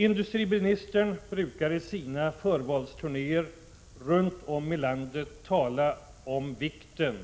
Industriministern brukar i sina förvalsturnéer runt om i landet tala om vikten